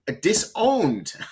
disowned